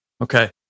Okay